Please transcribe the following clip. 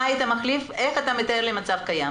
מה היית מחליף כדי לתאר את המצב הקיים?